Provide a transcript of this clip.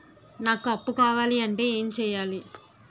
నాకు అప్పు కావాలి అంటే ఎం చేయాలి?